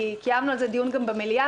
קיימנו על זה דיון גם במליאה,